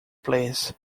please